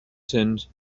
turned